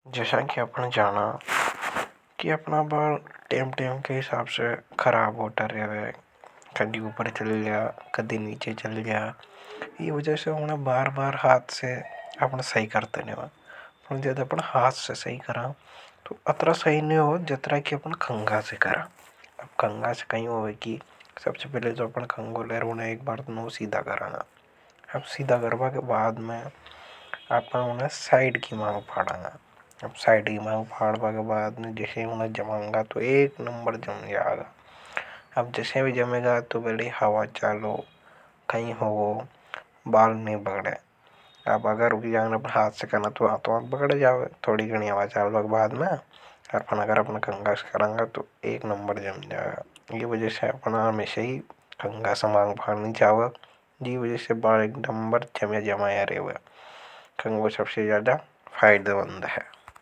जैसा कि आपने जाना कि अपना बाल टेम टेम के हिसाब से खराब होता रेवे। कड़ी ऊपर चल जा, कड़ी नीचे चल जा। इस वज़े से उन्हें बार बार हाथ से आपने साइ करते रेवा। पण जद अपन तो हाथ से सइ करा। तो सही नहीं हो जितरा कि अपने खंगा से करा अब खंगा से कहीं हुआ है कि सबसे पहले जो अपने खंगो। लेर ऊने एक बार तो सीधा कराना अब सीधा करवा के बाद मैं आपने उन्हें साइड की मांग पाड़ांगा अब। करें तो एक नंबर जम जाएगा अब जैसे भी जमेगा तो हवा चालो कहीं हवो बाल नहीं बगड़े अब। अगर रुक जाएगा पर हाथ से करना तो आप बगड़े जाओ थोड़ी गणि हवा चाल बग बाद में अगर अगर अपने कंगाश करेंगे तो एक नंबर जम जाएगा यह वजह से अपना अमेशा ही कंगाश। मांग पाधनि छावे जी वजह से बाल एक नंबर जम जम आया रेवे कंगो सबसे ज्यादा फाइदे मंद रेवे।